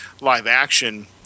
live-action